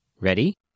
Ready